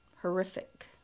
horrific